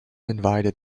invited